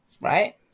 right